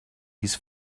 his